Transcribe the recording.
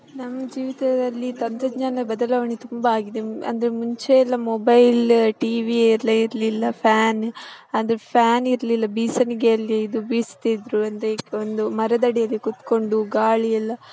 ನಮ್ಮ ಜೀವಿತದಲ್ಲಿ ತಂತ್ರಜ್ಞಾನ ಬದಲಾವಣೆ ತುಂಬಾ ಆಗಿದೆ ಅಂದರೆ ಮುಂಚೆ ಎಲ್ಲ ಮೊಬೈಲ್ ಟಿ ವಿ ಎಲ್ಲ ಇರಲಿಲ್ಲ ಫ್ಯಾನ್ ಅದು ಫ್ಯಾನ್ ಇರಲಿಲ್ಲ ಬೀಸಣಿಗೆಯಲ್ಲಿ ಇದು ಬೀಸ್ತಿದ್ದರು ಅಂದರೆ ಈಗ ಒಂದು ಮರದಡಿಯಲ್ಲಿ ಕೂತ್ಕೊಂಡು ಗಾಳಿಯೆಲ್ಲ